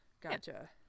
gotcha